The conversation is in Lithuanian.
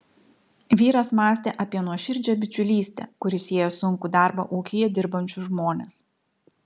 vyras mąstė apie nuoširdžią bičiulystę kuri sieja sunkų darbą ūkyje dirbančius žmones